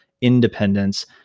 independence